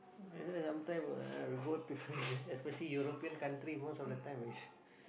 that's why sometime uh we go to especially European country most of the time is